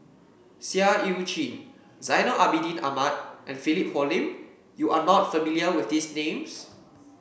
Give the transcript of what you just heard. Seah Eu Chin Zainal Abidin Ahmad and Philip Hoalim You are not familiar with these names